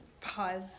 Pause